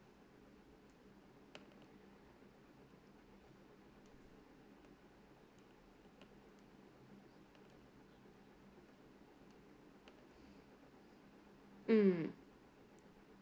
mm